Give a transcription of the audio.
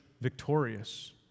victorious